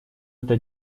это